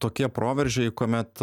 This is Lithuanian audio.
tokie proveržiai kuomet